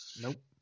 Nope